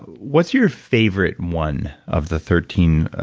what's your favorite one of the thirteen